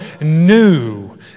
new